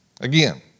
Again